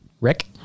Rick